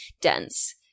dense